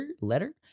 letter